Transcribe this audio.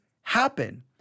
happen